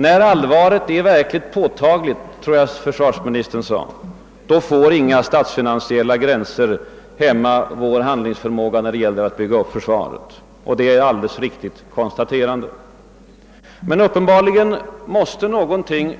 När allvaret är verkligt påtagligt, tror jag försvarsministern sade, får inga statsfinansiella gränser hämma vår handlingsförmåga då det gäller att bygga upp försvaret. Det är ett alldeles riktigt konstaterande. Men uppenbarligen måste någonting